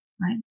right